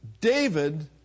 David